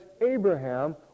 Abraham